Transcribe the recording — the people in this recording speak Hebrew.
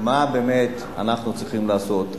מה באמת אנחנו צריכים לעשות,